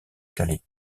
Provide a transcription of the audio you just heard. calais